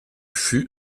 fût